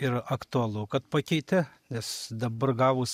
ir aktualu kad pakeitė nes dabar gavus